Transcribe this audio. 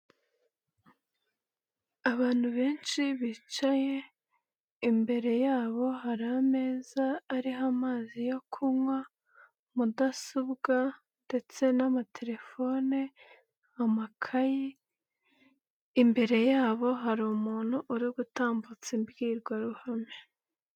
Abantu benshi bicaye imbere yabo hari ameza ariho amazi yo kunywa mudasobwa ndetse n'amaterefone amakayi imbere yabo hari umuntu uri gutambutse imbwirwaruhame.